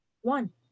one